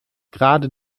gerade